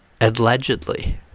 allegedly